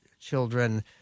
children